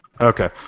Okay